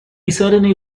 certainly